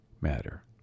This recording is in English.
matter